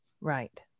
Right